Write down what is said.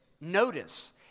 notice